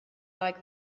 like